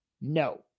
No